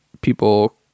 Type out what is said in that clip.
people